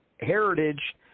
Heritage